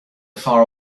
far